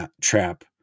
trap